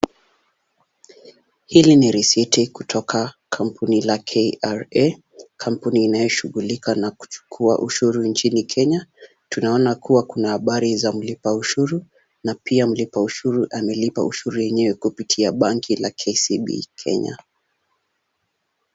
Hili ni risiti kutoka kampuni la KRA, kampuni inayoshughulika na kuchukua ushuru nchini Kenya. Tunaona kuwa kuna habari za mlipaushuru na pia mlipaushuru amelipa ushuru yenyewe kupitia banki la KCB Kenya.